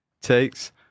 takes